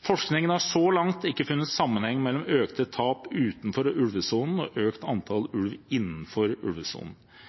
Forskningen har så langt ikke funnet sammenheng mellom økte tap utenfor ulvesonen og økt antall